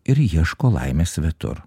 ir ieško laimės svetur